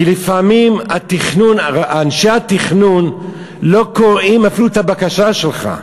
כי לפעמים אנשי התכנון לא קוראים אפילו את הבקשה שלך.